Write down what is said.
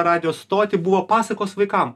radijo stotį buvo pasakos vaikam